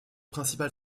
principale